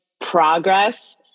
progress